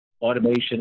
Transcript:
automation